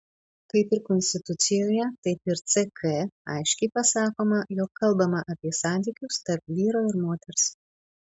kaip ir konstitucijoje taip ir ck aiškiai pasakoma jog kalbama apie santykius tarp vyro ir moters